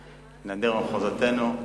זה נדיר במחוזותינו.